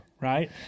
right